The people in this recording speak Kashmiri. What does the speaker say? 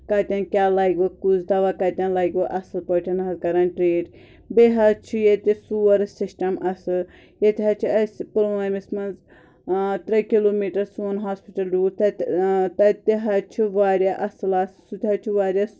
کتیٚن کیٚاہ لگوٕ کتیٚن کُس دواہ لگوٕ اصٕل پٲٹھۍ حَظ کران ٹریٖٹ بیٚیہِ حَظ چھُ ییتہِ سورُے سسِٹم اصٕل یَیتہِ حَظ چھِ أسۍ پلوٲمِس منٛز ترےٚ کِلوٗمیٖٹر سون ہاسپِٹل دوٗر تتہِ تَتہِ حَظ چھُ واریاہ اصٕل آسہِ سُہ تہِ حَظ چھُ واریاہ